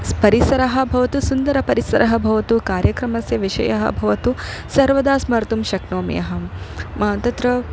परिसरः भवतु सुन्दरपरिसरः भवतु कार्यक्रमस्य विषयः भवतु सर्वदा स्मर्तुं शक्नोमि अहं मा तत्र